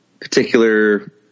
particular